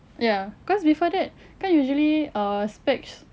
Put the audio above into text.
ya cause before that kan usually ah specs